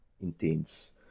intense